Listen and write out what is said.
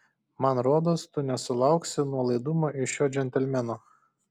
man rodos tu nesulauksi nuolaidumo iš šio džentelmeno